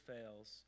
fails